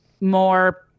more